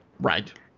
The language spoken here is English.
Right